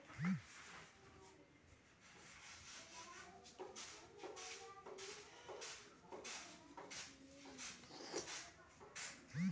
bank में पइसा जमा कइले के बदले बैंक एक निश्चित दर पर ब्याज देला